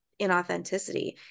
inauthenticity